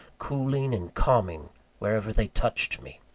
cooling and calming wherever they touched me.